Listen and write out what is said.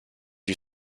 you